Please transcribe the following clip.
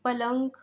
पलंग